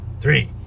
three